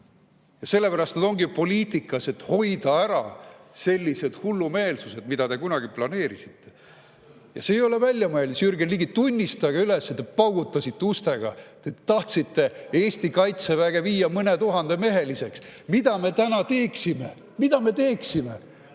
Selle pärast nad ongi poliitikas, et hoida ära sellised hullumeelsused, mida te kunagi planeerisite. See ei ole väljamõeldis, Jürgen Ligi, tunnistage üles, et te paugutasite uksi, tahtsite Eesti kaitseväge viia mõnetuhandemeheliseks. Mida me täna teeksime? Mida me teeksime?